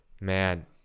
Man